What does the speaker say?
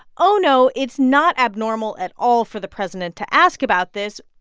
oh, no, it's not abnormal at all for the president to ask about this.